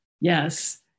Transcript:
yes